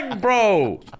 bro